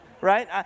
right